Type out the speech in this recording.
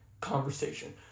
conversation